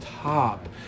top